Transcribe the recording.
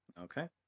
Okay